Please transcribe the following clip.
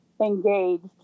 engaged